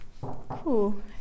Cool